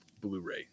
Blu-ray